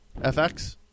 FX